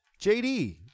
JD